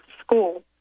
school